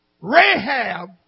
Rahab